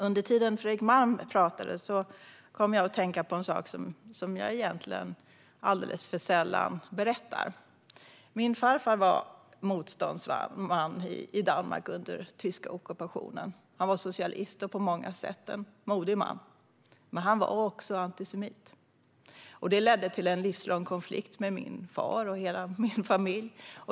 Under tiden som Fredrik Malm talade kom jag att tänka på en sak som jag egentligen alldeles för sällan berättar. Min farfar var motståndsman i Danmark under den tyska ockupationen. Han var socialist och på många sätt en modig man. Men han var också antisemit. Det ledde till en livslång konflikt med min far och med hela min familj.